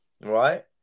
right